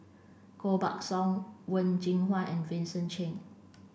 Koh Buck Song Wen Jinhua and Vincent Cheng